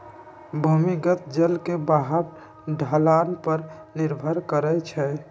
भूमिगत जल के बहाव ढलान पर निर्भर करई छई